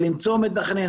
שלמצוא מתכנן,